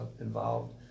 involved